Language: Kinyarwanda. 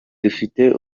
dufite